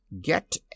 Get